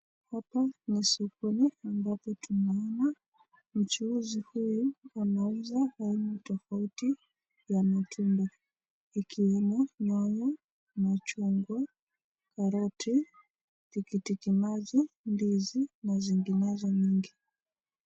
Hapa ni shughuli ambapo tunaona mchuuzi huyu wanauza aina tofauti ya matunda ikiwemo nyanya, machungwa, karoti ,tikitiki maji, ndizi na zinginezo nyingi.